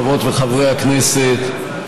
חברות וחברי הכנסת,